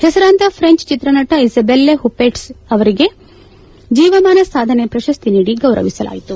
ಹೆಸರಾಂತ ಫ್ರೆಂಚ್ ಚಿತ್ರನಟ Isabelle Huppert ಅವರಿಗೆ ಜೀವಮಾನ ಸಾಧನೆ ಪ್ರಶಸ್ತಿ ನೀಡಿ ಗೌರವಿಸಲಾಯಿತು